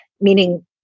meaning